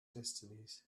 destinies